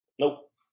nope